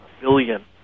billion